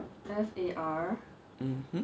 mmhmm